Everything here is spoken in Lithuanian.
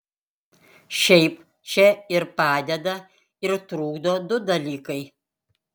šiaip čia ir padeda ir trukdo du dalykai